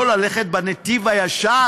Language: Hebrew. לא ללכת בנתיב הישר,